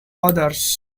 others